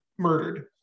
Murdered